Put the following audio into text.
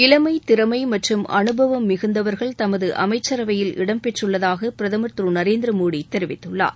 இளமை திறமை மற்றும் அனுபவம் மிகுந்தவர்கள் தனது அமைச்சரவையில் இடம்பெற்றுள்ளதாக பிரதமர் திரு நரேந்திரமோடி தெரிவித்துள்ளார்